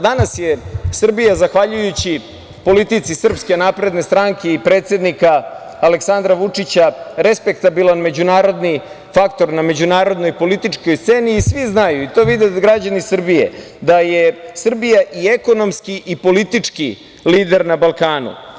Danas je Srbija zahvaljujući politici SNS i predsednika Aleksandra Vučića respektabilan međunarodni faktor na međunarodnoj političkoj sceni i svi znaju da je Srbija i ekonomski i politički lider na Balkanu.